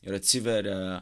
ir atsiveria